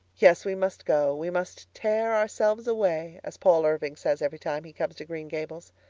yes, we must go. we must tear ourselves away as paul irving says every time he comes to green gables.